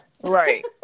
right